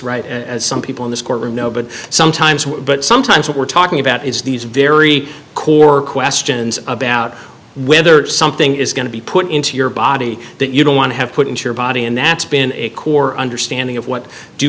right as some people in this courtroom know but sometimes sometimes what we're talking about is these very core questions about whether something is going to be put into your body that you don't want to have put into your body and that's been a core understanding of what due